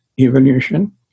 evolution